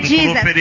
Jesus